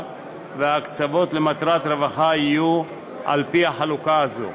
וההקצבות למטרת רווחה יהיו על-פי החלוקה הזו: